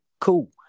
Cool